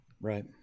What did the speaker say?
Right